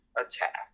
attack